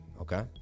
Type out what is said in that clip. okay